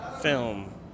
film